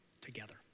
together